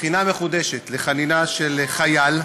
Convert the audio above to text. לבחינה מחודשת של חנינה של חייל,